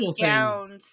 gowns